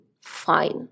fine